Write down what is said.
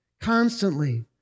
constantly